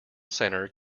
centre